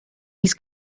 his